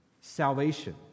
salvation